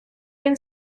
він